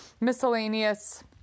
miscellaneous